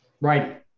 right